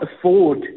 afford